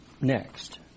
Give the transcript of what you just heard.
next